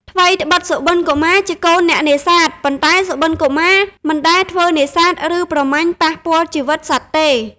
ថ្វីត្បិត សុបិនកុមារជាកូនអ្នកនេសាទ ប៉ុន្តែ សុបិនកុមារ មិន ដែលធ្វើនេសាទ ឬប្រមាញ់ប៉ះពាល់ជីវិតសត្វទេ ។